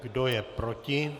Kdo je proti?